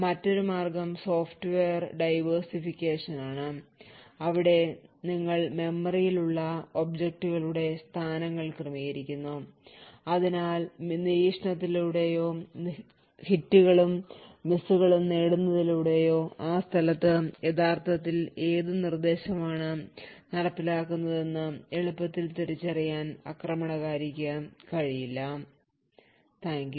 മറ്റൊരു മാർഗം software diversification ആണ് അവിടെ നിങ്ങൾ മെമ്മറിയിലുള്ള ഒബ്ജക്റ്റുകളുടെ സ്ഥാനങ്ങൾ ക്രമീകരിക്കുന്നു അതിനാൽ നിരീക്ഷണത്തിലൂടെയോ ഹിറ്റുകളും മിസ്സുകളും നേടുന്നതിലൂടെയോ ആ സ്ഥലത്ത് യഥാർത്ഥത്തിൽ ഏത് നിർദ്ദേശം ആണ് നടപ്പിലാക്കുന്നതെന്ന് എളുപ്പത്തിൽ തിരിച്ചറിയാൻ ആക്രമണകാരിക്ക് കഴിയില്ല നന്ദി